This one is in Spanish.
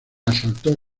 asaltó